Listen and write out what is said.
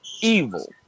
evil